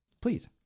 Please